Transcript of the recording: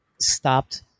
stopped